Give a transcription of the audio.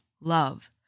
love